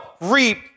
reap